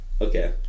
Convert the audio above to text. okay